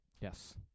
Yes